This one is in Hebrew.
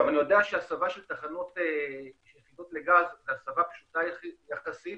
אני יודע שהסבה של תחנות היא פשוטה יחסית